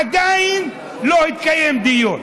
עדיין לא התקיים דיון.